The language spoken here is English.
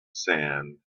sand